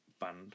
band